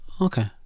okay